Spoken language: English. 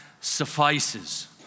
suffices